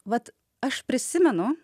vat aš prisimenu